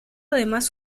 además